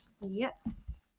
Yes